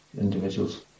individuals